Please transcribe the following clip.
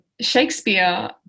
Shakespeare